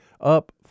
up